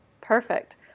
Perfect